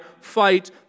fight